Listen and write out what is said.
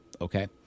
okay